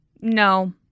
No